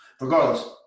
Regardless